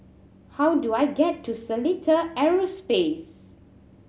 how do I get to Seletar Aerospace